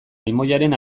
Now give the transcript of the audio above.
limoiaren